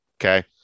okay